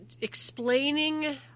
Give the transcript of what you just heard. explaining